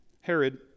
Herod